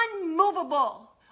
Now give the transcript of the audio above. unmovable